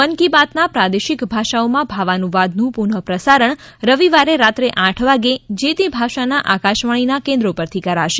મન કી બાતના પ્રાદેશિક ભાષાઓમાં ભાવાનુવાદનું પુનઃ પ્રસારણ રવિવારે રાત્રે આઠ વાગે જે તે ભાષાના આકાશવાણીના કેન્દ્રો પરથી કરાશે